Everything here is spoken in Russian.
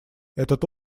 этот